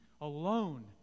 alone